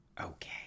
okay